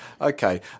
Okay